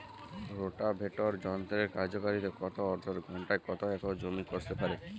Rotavator যন্ত্রের কার্যকারিতা কত অর্থাৎ ঘণ্টায় কত একর জমি কষতে পারে?